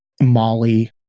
Molly